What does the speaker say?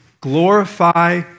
glorify